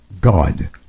God